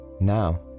Now